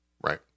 Right